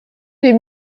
des